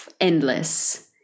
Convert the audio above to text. endless